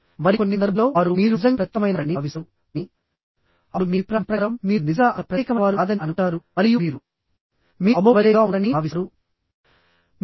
మరియు కొన్ని సందర్భాల్లో వారు మీరు నిజంగా ప్రత్యేకమైనవారని భావిస్తారు కానీ అప్పుడు మీ అభిప్రాయం ప్రకారం మీరు నిజంగా అంత ప్రత్యేకమైనవారు కాదని అనుకుంటారు మరియు మీరు మీరు అబోవ్ అవరేజ్ గా ఉన్నారని భావిస్తారు